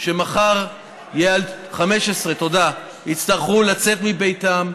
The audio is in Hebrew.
שמחר יצטרכו לצאת מביתן,